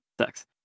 sucks